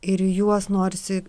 ir į juos norisi